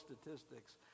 statistics